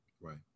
Right